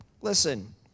Listen